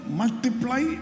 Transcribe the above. multiply